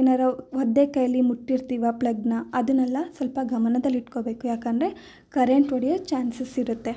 ಏನಾದ್ರೂ ಒದ್ದೆ ಕೈಯ್ಯಲಿ ಮುಟ್ಟಿರ್ತೀವಿ ಆ ಪ್ಲಗ್ನ ಅದನ್ನೆಲ್ಲ ಸ್ವಲ್ಪ ಗಮನದಲ್ಲಿಟ್ಕೊಳ್ಬೇಕು ಯಾಕೆಂದ್ರೆ ಕರೆಂಟ್ ಒಡೆಯೋ ಚಾನ್ಸಸ್ ಇರುತ್ತೆ